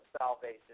salvation